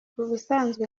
ubusanzwe